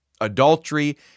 Adultery